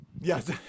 Yes